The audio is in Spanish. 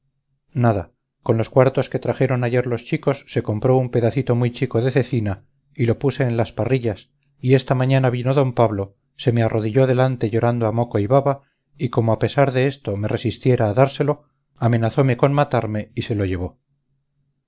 nada con los cuartos que trajeron ayer los chicos se compró un pedacito muy chico de cecina y lo puse en las parrillas y esta mañana vino d pablo se me arrodilló delante llorando a moco y baba y como a pesar de esto me resistiera a dárselo amenazome con matarme y se lo llevó